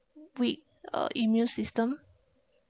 we uh immune system